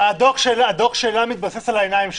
הדוח שלה מתבסס על העיניים שלה.